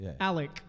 Alec